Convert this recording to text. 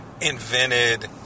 invented